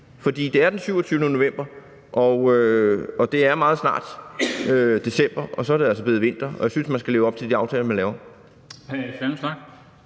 for det er den 27. november, og det er meget snart december, og så er det altså blevet vinter, og jeg synes, man skal overholde de aftaler, man laver.